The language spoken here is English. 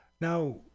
Now